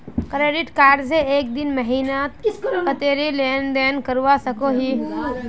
Credit card से एक महीनात कतेरी लेन देन करवा सकोहो ही?